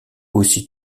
aussi